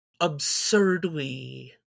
absurdly